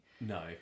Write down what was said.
No